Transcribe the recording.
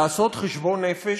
לעשות חשבון נפש.